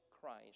Christ